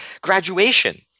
graduation